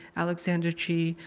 alexander chee,